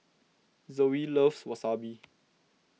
Zoe loves Wasabi